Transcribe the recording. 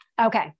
Okay